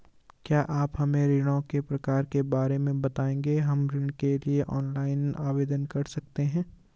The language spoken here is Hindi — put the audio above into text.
क्या आप हमें ऋणों के प्रकार के बारे में बताएँगे हम ऋण के लिए ऑनलाइन आवेदन कर सकते हैं?